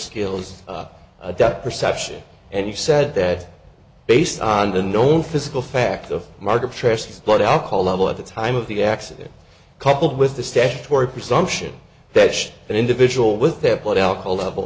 skills depth perception and you said that based on the known physical fact of market trysts blood alcohol level at the time of the accident coupled with the statutory presumption that an individual with their blood alcohol level